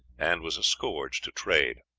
and was a scourge to trade.